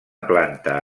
planta